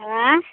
आँय